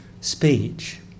speech